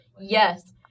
Yes